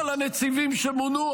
כל הנציבים שמונו,